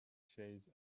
shades